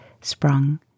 sprung